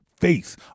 face